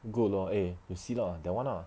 good lor eh you see lah that [one] ah